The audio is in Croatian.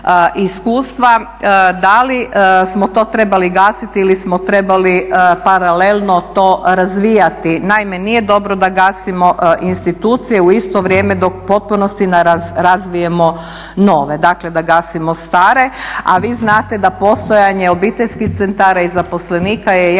iskustva, da li smo to trebali gasiti ili smo trebali paralelno to razvijati. Naime, nije dobro da gasimo institucije u isto vrijeme dok u potpunosti ne razvijemo nove, dakle da gasimo stare. A vi znate da postojanje obiteljskih centara i zaposlenika je jako